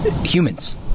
humans